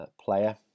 player